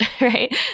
right